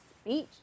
speech